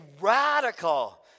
radical